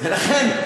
ולכן,